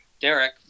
derek